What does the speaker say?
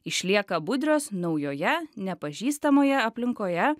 išlieka budrios naujoje nepažįstamoje aplinkoje